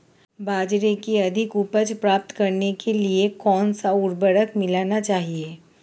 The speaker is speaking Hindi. बाजरे की अधिक उपज प्राप्त करने के लिए कौनसा उर्वरक मिलाना चाहिए?